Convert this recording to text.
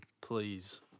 Please